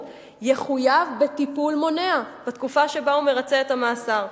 יחויב בטיפול מונע בתקופה שבה הוא מרצה את המאסר,